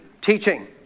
Teaching